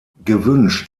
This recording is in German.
gewünscht